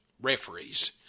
referees